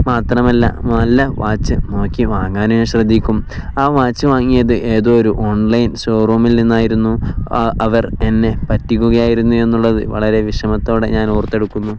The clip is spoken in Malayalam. മാത്രമല്ല നല്ല വാച്ച് നോക്കി വാങ്ങാന് ഞാൻ ശ്രദ്ധിക്കും ആ വാച്ച് വാങ്ങിയത് ഏതോ ഒരു ഓൺലൈൻ ഷോറൂമിൽ നിന്നായിരുന്നു അവർ എന്നെ പറ്റിക്കുകയായിരുന്നുവെന്നുള്ളത് വളരെ വിഷമത്തോടെ ഞാൻ ഓർത്തെടുക്കുന്നു